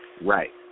Right